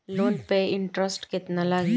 Loan पे interest केतना लागी?